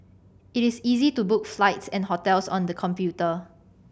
it is easy to book flights and hotels on the computer